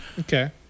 Okay